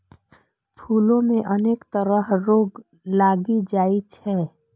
फूलो मे अनेक तरह रोग लागि जाइ छै